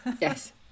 Yes